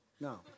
No